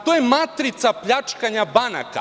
To je matrica pljačkanja banaka.